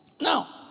Now